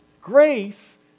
Grace